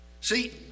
See